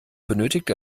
benötigt